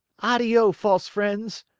addio, false friends!